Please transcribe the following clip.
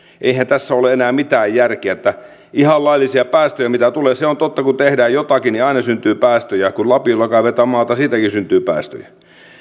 eihän tässä ole enää mitään järkeä ne ovat ihan laillisia päästöjä mitä tulee se on totta että kun tehdään jotakin niin aina syntyy päästöjä kun lapiolla kaivetaan maata siitäkin syntyy päästöjä